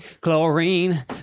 chlorine